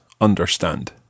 understand